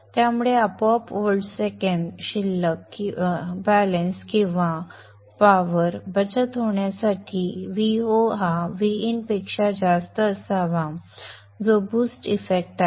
त्यामुळे आपोआप volt second शिल्लक किंवा ऊर्जा बचत होण्यासाठी Vo हा Vin पेक्षा जास्त असावा जो बूस्ट इफेक्ट आहे